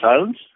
silence